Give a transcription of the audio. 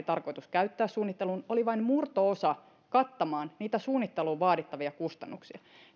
tarkoitus käyttää suunnitteluun oli vain murto osa kattamaan niitä suunnitteluun vaadittavia kustannuksia